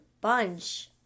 bunch